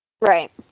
right